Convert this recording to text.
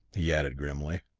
he added grimly.